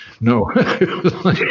No